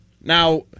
Now